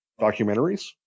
documentaries